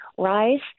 rise